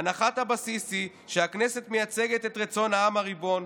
הנחת הבסיס היא שהכנסת מייצגת את רצון העם הריבון,